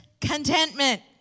Contentment